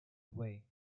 away